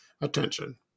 attention